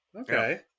Okay